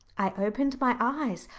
i opened my eyes.